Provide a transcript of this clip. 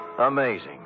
Amazing